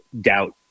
doubt